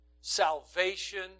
salvation